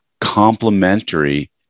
complementary